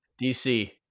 DC